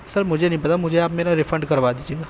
سر مجھے نہیں پتا مجھے آپ میرا ریفنڈ کروا دیجیے گا